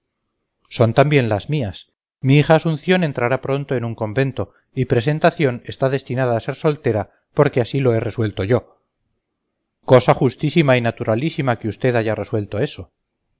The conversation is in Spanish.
son también las mías mi hija asunción entrará pronto en un convento y presentación está destinada a ser soltera porque así lo he resuelto yo cosa justísima y naturalísima que usted haya resuelto eso